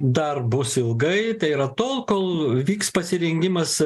dar bus ilgai tai yra tol kol vyks pasirengimas